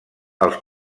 als